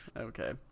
Okay